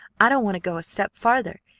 i don't want to go a step farther.